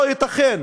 לא ייתכן,